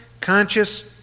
conscious